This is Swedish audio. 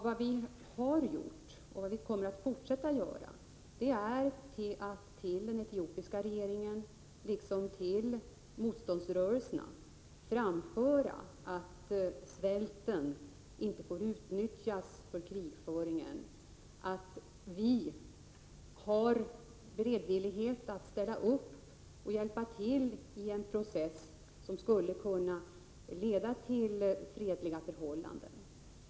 Vad vi har gjort och vad vi kommer att fortsätta att göra är att till den etiopiska regeringen, liksom till motståndsrörelsen, framföra att svälten inte får utnyttjas i krigföringen, att vi har en beredvillighet att ställa upp och hjälpa till i en process som skulle kunna leda till fredliga förhållanden.